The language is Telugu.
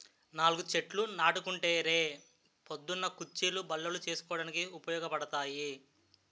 నాలుగు చెట్లు నాటుకుంటే రే పొద్దున్న కుచ్చీలు, బల్లలు చేసుకోడానికి ఉపయోగపడతాయి